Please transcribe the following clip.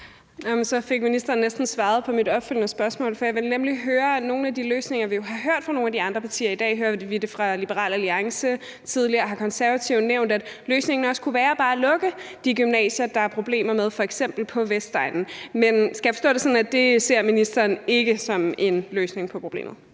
Carøe (SF): Så fik ministeren næsten svaret på mit opfølgende spørgsmål, for jeg ville nemlig høre angående nogle af de løsninger, som vi jo har hørt nævnt af nogle af de andre partier i dag. Vi hørte fra Liberal Alliance, og tidligere har Konservative nævnt det, at løsningen også kunne være bare at lukke de gymnasier, der er problemer med, f.eks. på Vestegnen. Men skal jeg forstå det sådan, at det ser ministeren ikke som en løsning på problemet?